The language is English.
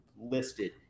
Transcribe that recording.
listed